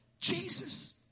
Jesus